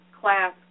class